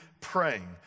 praying